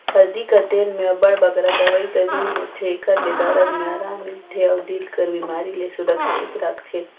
हरदी कर तेल में अब्बड़ बगरा दवई कर गुन होथे, एकर ले दरद में अराम मिलथे अउ दिल कर बेमारी ले सुरक्छित राखथे